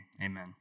amen